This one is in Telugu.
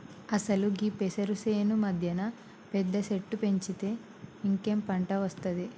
అసలు గీ పెసరు సేను మధ్యన పెద్ద సెట్టు పెంచితే ఇంకేం పంట ఒస్తాది